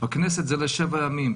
בכנסת זה לשבעה ימים,